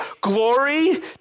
glory